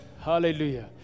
hallelujah